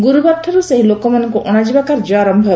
ଗୁରୁବାରଠାରୁ ସେହି ଲୋକମାନଙ୍କୁ ଅଶାଯିବା କାର୍ଯ୍ୟ ଆରମ୍ଭ ହେବ